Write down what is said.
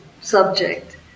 subject